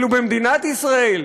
הוא אמר במדינת ישראל.